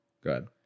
Good